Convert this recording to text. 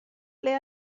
ble